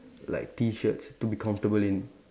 like T shirts to be comfortable in